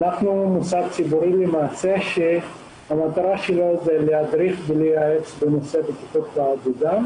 אנחנו מוסד ציבורי שהמטרה שלו להדריך ולייעץ בנושא בטיחות בעבודה.